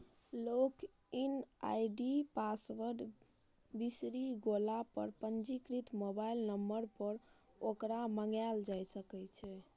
log in ID या password बिसरि गेला पर पंजीकृत मोबाइल नंबर पर ओकरा मंगाएल जा सकैए